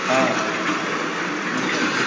हाँ बोलिए ना